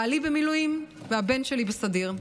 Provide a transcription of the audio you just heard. בעלי במילואים והבן שלי בסדיר,